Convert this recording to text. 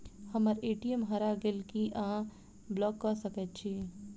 हम्मर ए.टी.एम हरा गेल की अहाँ ब्लॉक कऽ सकैत छी?